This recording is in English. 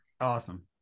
Awesome